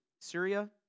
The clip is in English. Syria